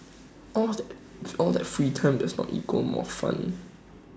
all that all that free time does not equal more fun